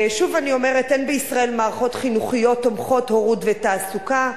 שוב אני אומרת: אין בישראל מערכות חינוכיות תומכות הורות ותעסוקה,